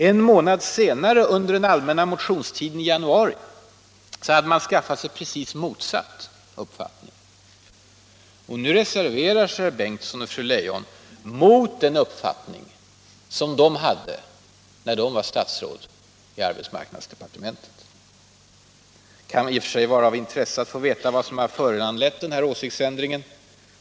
En månad senare, under den allmänna motionstiden i januari, hade man skaffat sig precis motsatt uppfattning. Och nu reserverar sig herr Bengtsson och fru Leijon mot den uppfattning de hade när de var statsråd i arbetsmarknadsdepartementet! Det kunde i och för sig vara av intresse att få veta vad som har föranlett den här åsiktsändringen.